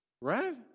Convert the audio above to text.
Right